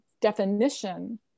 definition